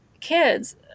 kids